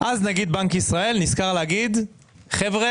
אז נגיד בנק ישראל נזכר להגיד חבר'ה,